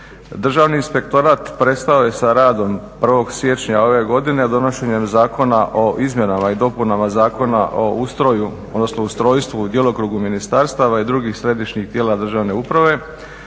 Državni inspektorat prestao je sa radom 1.siječnja ove godine donošenjem zakona o izmjenama i dopunama Zakona o ustroju odnosno ustrojstvu i djelokrugu ministarstava i drugih središnjih tijela državne uprave.